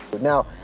Now